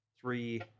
three